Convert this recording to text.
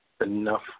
enough